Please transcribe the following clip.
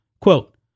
Quote